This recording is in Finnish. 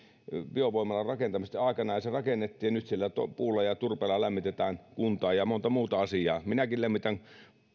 biovoimalan rakentamisesta aikanaan ja se rakennettiin ja nyt sillä puulla ja turpeella lämmitetään kuntaa ja monta muuta asiaa minäkin lämmitän